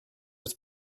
быть